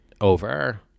over